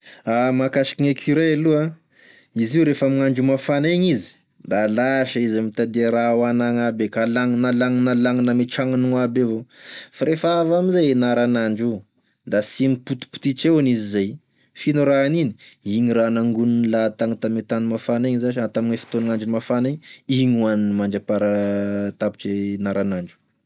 Mahakasiky e gn' ecureuil aloa izy io refa ame gn'andro mafana igny izy da lasa izy mitadia raha hohany aby eky alagnony alagnony alagnony ame tragnony io aby evao fa refa avy amizay e naranandro da sy mipotipotitra eo an'izy zay f'ino e raha aniny igny raha nangoniny latagny tame tany mafana igny zash tame fotoagn'andro mafana igny igny gn'ohaniny mandrapa raha tapitre naranandro.